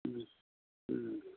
ಹ್ಞೂ ಹ್ಞೂ